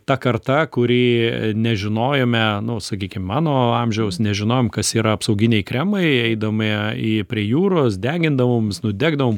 ta karta kurie nežinojome nu sakykim mano amžiaus nežinojom kas yra apsauginiai kremai eidavome į prie jūros degindavomės nudegdavom